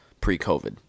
pre-COVID